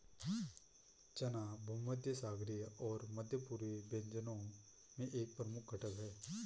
चना भूमध्यसागरीय और मध्य पूर्वी व्यंजनों में एक प्रमुख घटक है